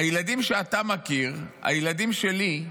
הילדים שאתה מכיר, הילדים שלי,